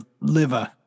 liver